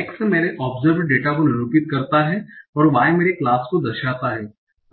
अब x मेरे observed data को निरूपित करता है और y मेरे क्लास को दर्शाता है